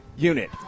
unit